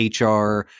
HR